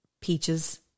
peaches